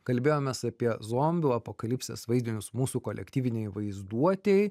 kalbėjomės apie zombių apokalipsės vaizdinius mūsų kolektyvinėj vaizduotėj